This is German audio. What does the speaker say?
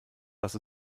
was